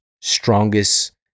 strongest